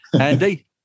Andy